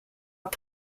are